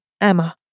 EMMA